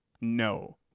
No